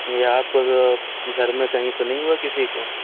جی آپ کو تو گھر میں کہیں تو نہیں ہوا کسی کو